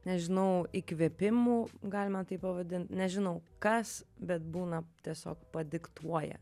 nežinau įkvėpimų galima taip pavadint nežinau kas bet būna tiesiog padiktuoja